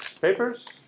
papers